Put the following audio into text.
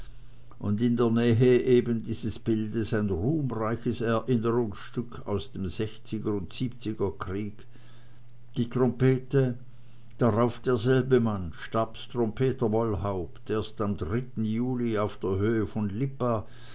und in der nähe eben dieses bildes ein ruhmreiches erinnerungsstück aus dem sechsundsechziger und siebziger kriege die trompete darauf derselbe mann stabstrompeter wollhaupt erst am juli auf der höhe von lipa